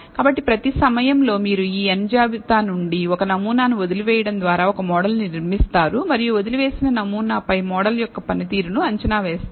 కాబట్టి ప్రతి సమయం లో మీరు ఈ n జాబితా నుండి ఒక నమూనాను వదిలివేయడం ద్వారా ఒక మోడల్ ను నిర్మిస్తారు మరియు వదిలివేసిన నమూనా పై మోడల్ యొక్క పనితీరును అంచనా వేస్తారు